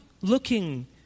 looking